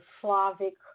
Slavic